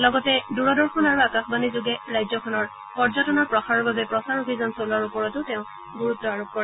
লগতে দূৰদৰ্শন আৰু আকাশবাণীযোগে ৰাজ্যখনৰ পৰ্য্যটনৰ প্ৰসাৰৰ বাবে প্ৰচাৰ অভিযান চলোৱাৰ ওপৰতো তেওঁ গুৰুত্ব আৰোপ কৰে